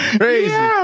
crazy